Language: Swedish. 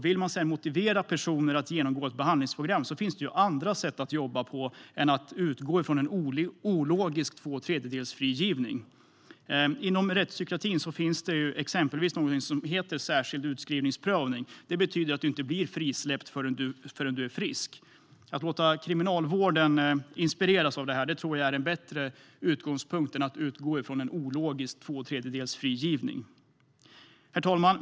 Vill man sedan motivera personer att genomgå ett behandlingsprogram finns det ju andra sätt att jobba på än att utgå från en ologisk tvåtredjedelsfrigivning. Inom rättspsykiatrin finns det exempelvis något som heter särskild utskrivningsprövning. Det betyder att du inte blir frisläppt förrän du är frisk. Att låta kriminalvården inspireras av det tror jag är en bättre utgångspunkt än att utgå från en ologisk tvåtredjedelsfrigivning. Herr talman!